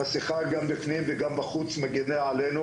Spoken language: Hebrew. מסכה גם בפנים וגם בחוץ מגינה עלינו